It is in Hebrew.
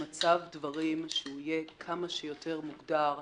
למצב שיהיה כמה שיותר מוגדר,